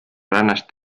ranas